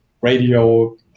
radio